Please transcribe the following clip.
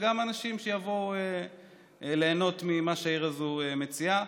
וגם לאנשים שיבואו אליה ליהנות ממה שהעיר הזו מציעה.